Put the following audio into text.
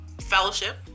fellowship